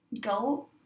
go